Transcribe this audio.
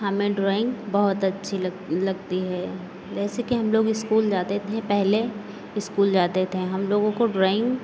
हमें ड्राइंग बहुत अच्छी लगती है जैसे कि हम लोग इस्कूल जाते थे पहले इस्कूल जाते थे हम लोगों को ड्राइंग